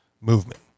movement